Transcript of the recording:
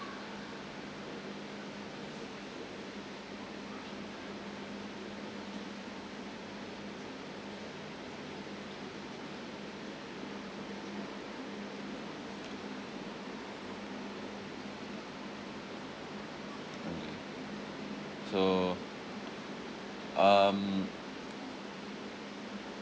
so um